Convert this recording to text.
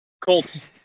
Colts